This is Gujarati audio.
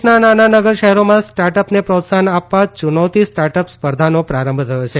ચનૌતી દેશના નાના નગર શહેરોમાં સ્ટાર્ટઅપને પ્રોત્સાહન આપવા યુનૌતી સ્ટાર્ટઅપ સ્પર્ધાનો પ્રારંભ થયો છે